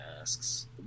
asks